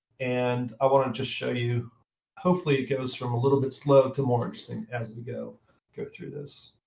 and i want to and just show you hopefully it goes from a little bit slow to more interesting as we go go through this.